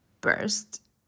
burst